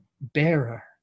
bearer